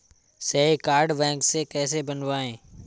श्रेय card bank से कैसे बनवाएं?